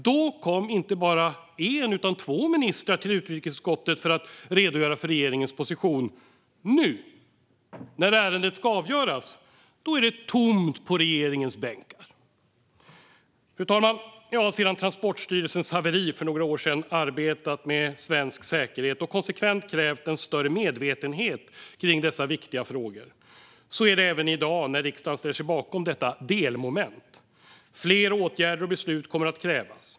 Då kom inte bara en utan två ministrar till utrikesutskottet för att redogöra för regeringens position. Nu, när ärendet ska avgöras, är det tomt på regeringens bänk. Fru talman! Jag har sedan Transportstyrelsens haveri för några år sedan arbetat med svensk säkerhet och konsekvent krävt en större medvetenhet kring dessa viktiga frågor. Så är det även i dag när riksdagen ställer sig bakom detta delmoment. Fler åtgärder och beslut kommer att krävas.